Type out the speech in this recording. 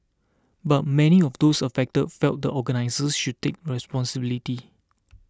but many of those affected felt the organisers should take responsibility